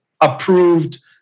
approved